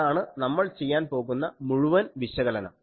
അതാണ് നമ്മൾ ചെയ്യാൻ പോകുന്ന മുഴുവൻ വിശകലനം